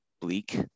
bleak